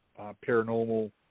paranormal